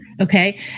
okay